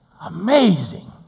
amazing